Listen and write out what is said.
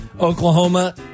Oklahoma